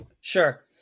Sure